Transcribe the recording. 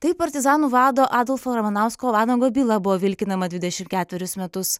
taip partizanų vado adolfo ramanausko vanago byla buvo vilkinama dvidešim ketverius metus